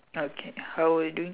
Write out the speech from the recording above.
okay how are you doing